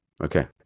Okay